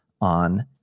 on